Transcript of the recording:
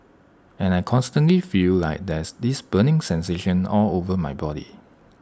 and I constantly feel like there's this burning sensation all over my body